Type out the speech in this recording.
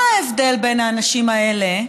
מה ההבדל בין האנשים האלה,